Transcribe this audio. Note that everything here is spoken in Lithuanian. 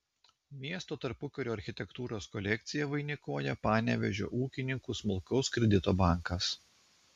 miesto tarpukario architektūros kolekciją vainikuoja panevėžio ūkininkų smulkaus kredito bankas